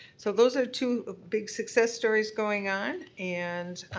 so those are two ah big success stories going on and